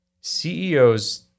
CEOs